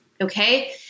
Okay